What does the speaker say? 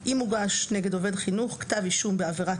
אם הוגש נגד עובד חינוך כתב אישום בעבירת